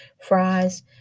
fries